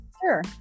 sure